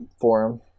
forum